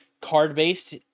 card-based